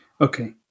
Okay